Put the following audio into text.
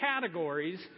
categories